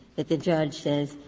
that the judge says,